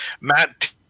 Matt